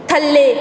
ਥੱਲੇ